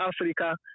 Africa